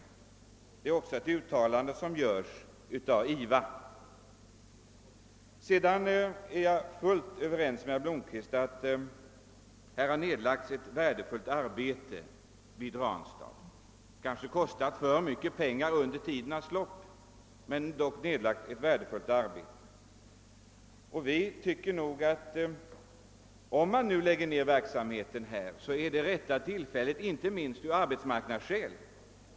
Motsvarande uttalande har gjorts av IVA. Sedan vill jag säga att jag är fullt överens med herr Blomkvist om att ett värdefullt arbete nedlagts vid Ranstadsverket. Det har kanske kostat för mycket pengar under tidernas lopp, men arbetet har varit värdefullt. Om man nu lägner ned verksamheten i Ranstad sker det vid det rätta tillfället, inte minst av arbetsmarknadsskäl.